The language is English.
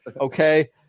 okay